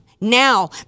now